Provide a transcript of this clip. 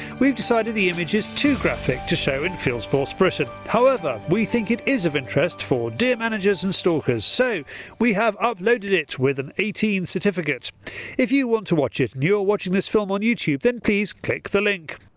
we've decided the image is too graphic to show in fieldsports britain. however, we think it is of interest for deer managers and stalkers, so we have uploaded it with an eighteen certificate if you want to watch it and you are watching this film on youtube then please click the link.